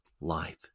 life